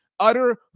Utter